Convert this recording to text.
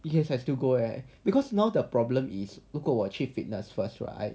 yes I still go eh because now the problem is 如果我去 fitness first right